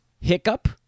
hiccup